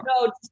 No